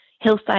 hillside